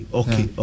okay